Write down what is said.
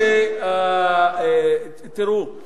שאתה יש לך איזה, בשביל הערבים.